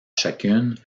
chacune